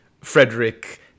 frederick